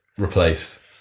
replace